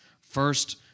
first